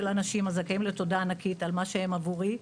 אנשים הזכאים לתודה ענקית על מה שהם עבורי.